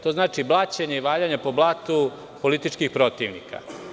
To znači blaćenje i valjanje po blatu političkih protivnika.